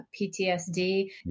PTSD